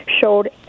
showed